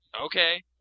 Okay